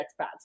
expats